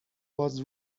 was